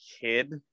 kid